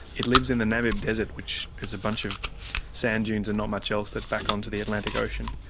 it lives in the namib desert which is a bunch of sand dunes and not much else that back onto the atlantic ocean,